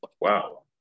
Wow